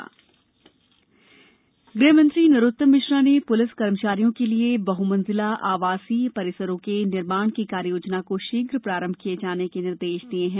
police आवास परिसर गृहमंत्री नरोत्तम मिश्रा ने पुलिस कर्मचारियों के लिये बहुमंजिला आवासीय परिसरों के निर्माण की कार्ययोजना को शीघ्र प्रारंभ किये जाने के निर्देश दिये हैं